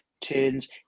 turns